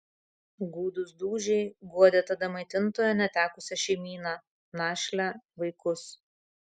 gūdūs dūžiai guodė tada maitintojo netekusią šeimyną našlę vaikus